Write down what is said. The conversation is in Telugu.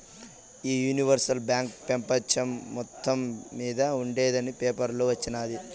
ఈ యూనివర్సల్ బాంక్ పెపంచం మొత్తం మింద ఉండేందని పేపర్లో వచిన్నాది